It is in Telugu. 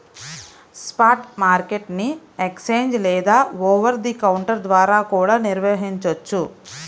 స్పాట్ మార్కెట్ ని ఎక్స్ఛేంజ్ లేదా ఓవర్ ది కౌంటర్ ద్వారా కూడా నిర్వహించొచ్చు